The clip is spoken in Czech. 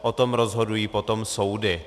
O tom rozhodují potom soudy.